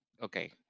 Okay